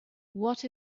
what